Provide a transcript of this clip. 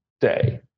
day